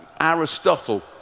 Aristotle